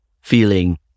feeling